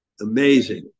Amazing